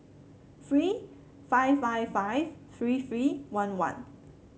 three five five five three three one one